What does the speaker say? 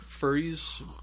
furries